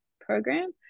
program